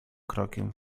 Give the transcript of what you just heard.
krokiem